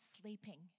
sleeping